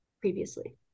previously